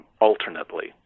alternately